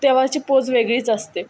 तेव्हाची पोज वेगळीच असते